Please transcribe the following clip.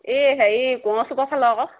এই হেৰি কোঁৱৰ চুকৰ ফালৰ আকৌ